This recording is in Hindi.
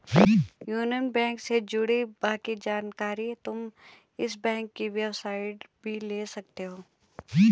यूनियन बैंक से जुड़ी बाकी जानकारी तुम इस बैंक की वेबसाईट से भी ले सकती हो